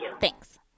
Thanks